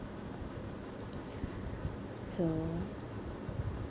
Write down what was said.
so